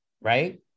right